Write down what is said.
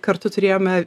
kartu turėjome